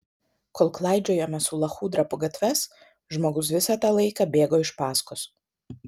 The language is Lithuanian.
kol klaidžiojome su lachudra po gatves žmogus visą tą laiką bėgo iš paskos